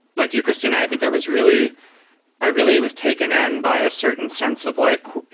like you, christine. i think i was really i really was taken in by a certain sense of like,